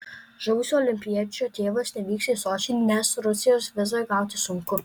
žuvusio olimpiečio tėvas nevyks į sočį nes rusijos vizą gauti sunku